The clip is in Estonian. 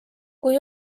kui